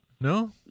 No